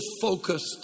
focused